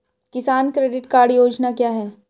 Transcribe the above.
किसान credit card योजना क्या है?